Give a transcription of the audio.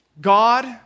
God